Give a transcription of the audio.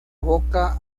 boca